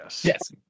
Yes